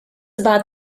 about